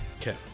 Okay